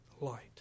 light